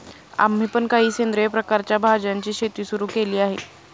आम्ही पण काही सेंद्रिय प्रकारच्या भाज्यांची शेती सुरू केली आहे